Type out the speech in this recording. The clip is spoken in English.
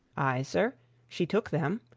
ay, sir she took them,